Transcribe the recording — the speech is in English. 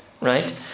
right